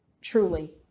truly